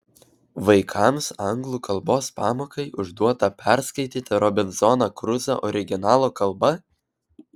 vaikams anglų kalbos pamokai užduota perskaityti robinzoną kruzą originalo kalba